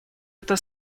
это